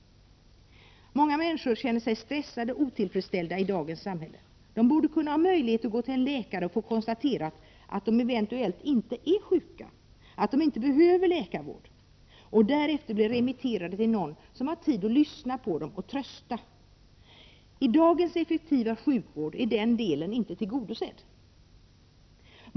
Många människor känner sig stressade och otillfredsställda i dagens samhälle. De borde ha möjlighet att gå till en läkare och få konstaterat att de eventuellt inte är sjuka, att de inte behöver läkarvård, och därefter bli remitterade till någon som har tid att lyssna på dem och trösta. I dagens effektiva sjukvård är den delen inte tillgodosedd.